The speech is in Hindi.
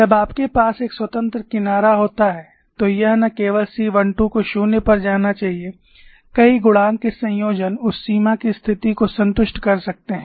जब आपके पास एक स्वतंत्र किनारा होता है तो यह न केवल C 1 2 को 0 पर जाना चाहिए कई गुणांक के संयोजन उस सीमा की स्थिति को संतुष्ट कर सकते हैं